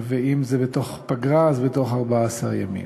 ואם זה בתוך פגרה אז בתוך 14 ימים.